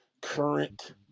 current